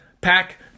Pack